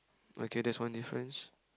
okay that's one difference